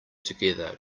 together